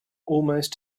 almost